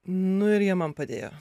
nu ir jie man padėjo